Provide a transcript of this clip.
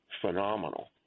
phenomenal